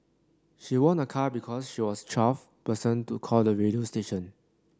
she won a car because she was twelfth person to call the radio station